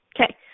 Okay